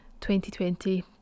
2020